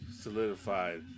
solidified